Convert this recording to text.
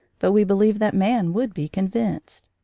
but we believed that man would be convinced.